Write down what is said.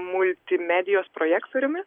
multimedijos projektoriumi